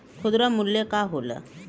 खुदरा मूल्य का होला?